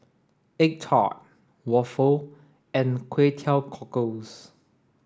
egg tart waffle and Kway Teow Cockles